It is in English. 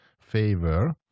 favor